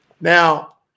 Now